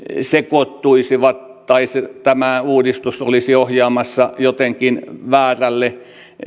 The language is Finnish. sekoittuisivat tai tämä uudistus olisi ohjaamassa jotenkin väärälle